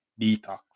detox